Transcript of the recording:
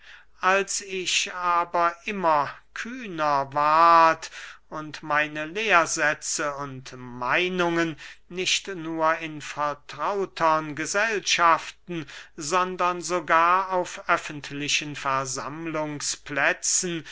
als ich aber immer kühner ward und meine lehrsätze und meinungen nicht nur in vertrautern gesellschaften sondern sogar auf öffentlichen